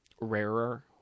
rarer